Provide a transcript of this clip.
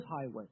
highway